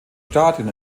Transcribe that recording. stadion